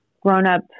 grown-up